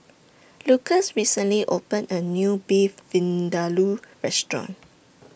Lucas recently opened A New Beef Vindaloo Restaurant